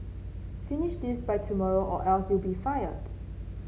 finish this by tomorrow or else you'll be fired